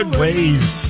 ways